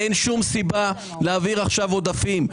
אין שום סיבה להעביר עכשיו עודפים,